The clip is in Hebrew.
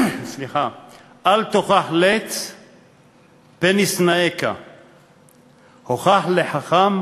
"אל תוכח לץ פן ישנאך הוכח לחכם